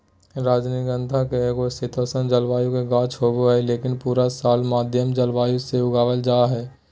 रजनीगंधा एगो शीतोष्ण जलवायु के गाछ होबा हय, लेकिन पूरा साल मध्यम जलवायु मे उगावल जा हय